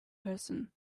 person